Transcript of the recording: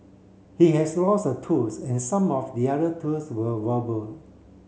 he has lost a tooth and some of the other tooth were wobble